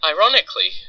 Ironically